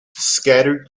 scattered